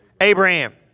Abraham